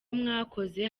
mwakoze